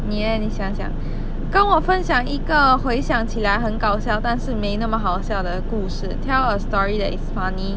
你 leh 你想想跟我分享一个回想起来很搞笑但是没那么好笑的故事 tell a story that is funny